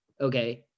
Okay